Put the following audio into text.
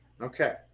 Okay